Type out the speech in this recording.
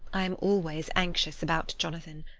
i am always anxious about jonathan,